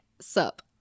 sup